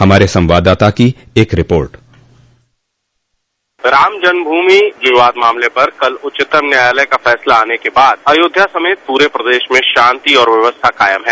हमारे संवाददाता की एक रिपोर्ट रामजन्म भूमि विवाद मामले पर कल उच्चतम न्यायालय का फैसला आने के बाद अयोध्या समेत पूरे प्रदेश में शांति और व्यवस्था कायम है